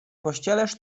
pościelesz